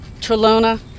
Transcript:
Trelona